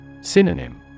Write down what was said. Synonym